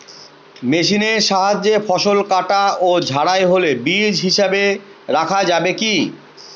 মেশিনের সাহায্যে ফসল কাটা ও ঝাড়াই হলে বীজ হিসাবে রাখা যাবে কি?